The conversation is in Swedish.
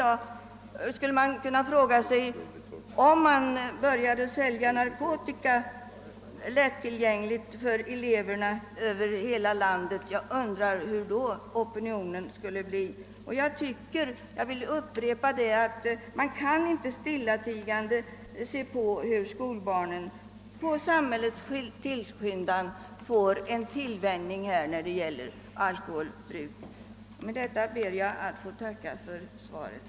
Jag undrar hurudan opinionen skulle bli, om man började göra narkotika lättillgängligt för eleverna över hela landet. Vi kan inte stillatigande se på hur skolbarn på samhällets tillskyndan får en tillvänjning när det gäller alkoholbruk. Med detta ber jag att få tacka för svaret.